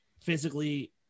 physically